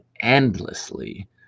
endlessly